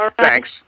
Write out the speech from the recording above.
Thanks